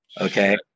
okay